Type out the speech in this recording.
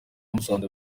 musanze